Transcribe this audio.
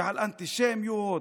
ועל אנטישמיות,